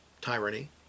tyranny